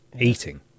eating